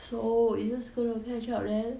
so we just going to catch up then